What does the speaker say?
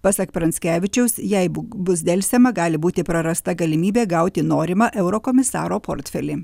pasak pranckevičiaus jeigu bus delsiama gali būti prarasta galimybė gauti norimą eurokomisaro portfelį